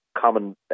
common